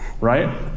right